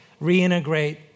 reintegrate